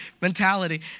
mentality